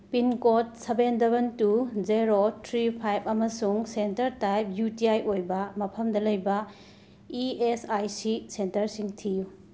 pin code seven double two zero three five ꯑꯃꯁꯨꯡ centre type U T I ꯑꯣꯏꯕ ꯃꯐꯝꯗ ꯂꯩꯕ E S I C ꯁꯦꯟꯇꯔꯁꯤꯡ ꯊꯤꯌꯨ